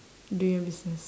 do your business